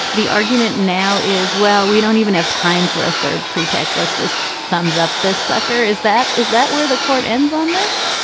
the argument now is, well, we don't even have time for a third pretext. let's just thumbs up. this sucker. is that. is that where the court ends on this?